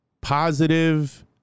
positive